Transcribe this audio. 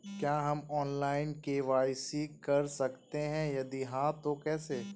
क्या हम online KYC कर सकते हैं यदि हाँ तो कैसे?